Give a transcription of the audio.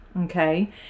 okay